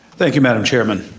thank you, madam chairman.